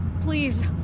Please